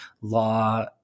law